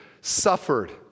suffered